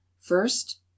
first